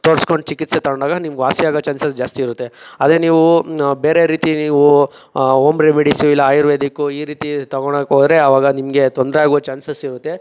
ತೋರಿಸ್ಕೊಂಡ್ ಚಿಕಿತ್ಸೆ ತಗೊಂಡಾಗ ನಿಮ್ಗೆ ವಾಸಿ ಆಗೋ ಚಾನ್ಸಸ್ ಜಾಸ್ತಿ ಇರುತ್ತೆ ಅದೇ ನೀವು ಬೇರೆ ರೀತಿ ನೀವು ಓಮ್ ರೆಮಿಡೀಸು ಇಲ್ಲ ಆಯುರ್ವೇದಿಕ್ಕು ಈ ರೀತಿ ತಗೋಳಕ್ಕೋದ್ರೆ ಆವಾಗ ನಿಮಗೆ ತೊಂದರೆ ಆಗೋ ಚಾನ್ಸಸ್ಸಿರುತ್ತೆ